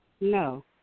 No